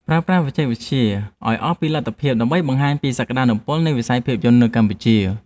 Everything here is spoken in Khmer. ប្រើប្រាស់បច្ចេកវិទ្យាឱ្យអស់ពីលទ្ធភាពដើម្បីបង្ហាញពីសក្ដានុពលនៃវិស័យភាពយន្តនៅកម្ពុជា។